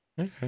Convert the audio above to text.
Okay